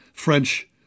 French